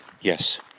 yes